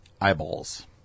Eyeballs